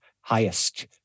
highest